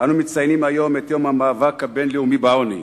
אנו מציינים היום את יום המאבק הבין-לאומי בעוני.